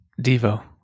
Devo